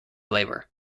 labor